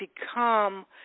become